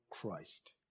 Christ